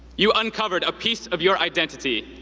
you uncovered a piece of your identity,